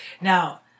Now